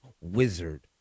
wizard